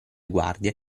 guardie